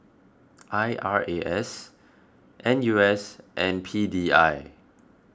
I R A S N U S and P D I